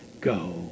go